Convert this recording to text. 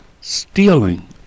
stealing